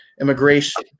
immigration